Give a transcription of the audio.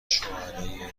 شوهرای